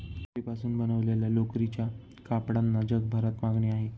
लोकरीपासून बनवलेल्या लोकरीच्या कपड्यांना जगभरात मागणी आहे